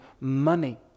money